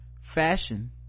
fashion